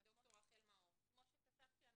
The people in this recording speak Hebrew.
כמו שכתבתי,